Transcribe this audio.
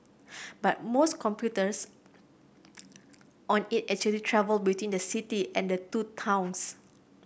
but most commuters on it actually travel between the city and the two towns